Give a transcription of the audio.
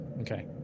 Okay